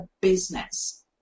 business